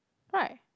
right